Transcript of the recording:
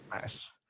Nice